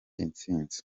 intsinzi